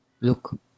Look